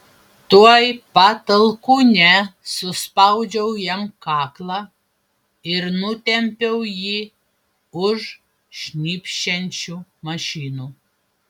tuoj pat alkūne suspaudžiau jam kaklą ir nutempiau jį už šnypščiančių mašinų